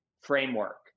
framework